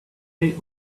eat